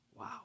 Wow